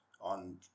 on